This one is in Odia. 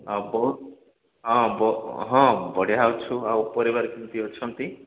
ହଁ ବହୁତ ହଁ ବହୁ ହଁ ବଢ଼ିଆ ଅଛୁ ଆଉ ପରିବାର କେମିତି ଅଛନ୍ତି